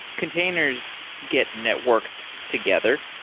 containers get networked together.